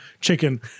chicken